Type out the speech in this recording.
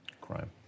Crime